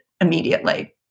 immediately